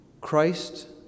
Christ